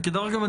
וכדרך אגב,